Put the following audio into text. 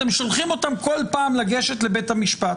אתם שולחים אותם כל פעם לגשת לבית המשפט,